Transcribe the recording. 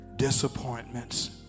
Disappointments